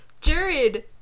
jared